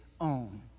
own